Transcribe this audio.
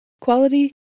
quality